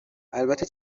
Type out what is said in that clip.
البته